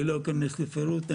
אני לא אכנס לפירוט.